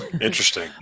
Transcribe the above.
Interesting